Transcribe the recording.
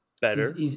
better